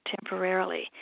temporarily